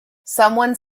someone